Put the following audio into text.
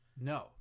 No